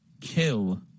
kill